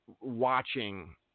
watching